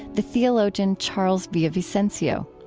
the theologian charles villa-vicencio.